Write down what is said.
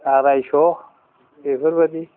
आरायस' बेफरोबायदि